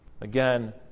again